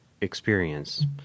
experience